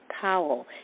Powell